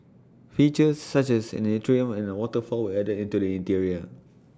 features such as an atrium and waterfall were added into the interior